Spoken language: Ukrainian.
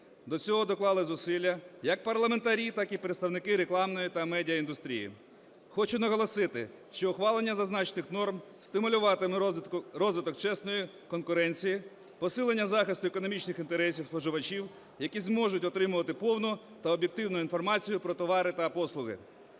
До цього доклали зусилля як парламентарі, так і представники рекламної та медіа-індустрії. Хочу наголосити, що ухвалення зазначених норм стимулюватиме розвиток чесної конкуренції, посилення захисту економічних інтересів споживачів, які зможуть отримувати повну та об'єктивну інформацію про товари та послуги.